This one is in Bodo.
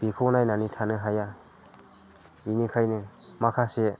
बेखौ नायनानै थानो हाया बेनिखायनो माखासे